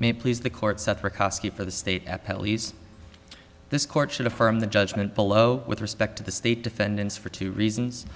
may please the court set for kosky for the state at least this court should affirm the judgment below with respect to the state defendants for two reasons